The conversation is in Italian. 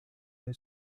dai